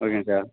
ஓகேங்க சார்